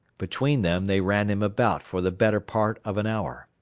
between them they ran him about for the better part of an hour.